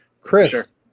Chris